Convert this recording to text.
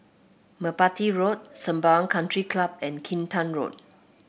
Merpati Road Sembawang Country Club and Kinta Road